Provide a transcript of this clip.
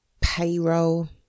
payroll